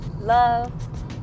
love